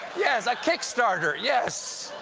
yes, a kickstarter. yes,